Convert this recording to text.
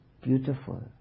beautiful